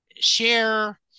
share